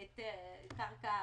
אל תחשבו לא לעשות את זה.